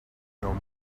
know